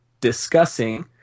discussing